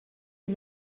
die